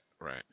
right